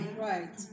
right